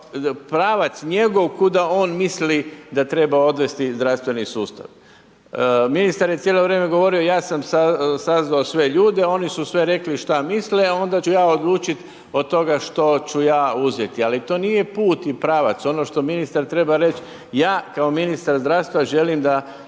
pravac njegov kuda on misli da treba odvesti zdravstveni sustav. Ministar je cijelo vrijeme govorio ja sam sazvao sve ljude, oni su sve rekli šta misle, onda ću ja odlučit od toga što ću ja uzeti, ali to nije put i pravac. Ono što ministar treba reći da ja kao ministar zdravstva želim da